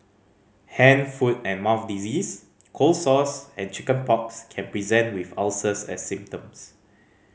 hand foot and mouth disease cold sores and chicken pox can present with ulcers as symptoms